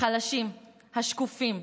החלשים, השקופים,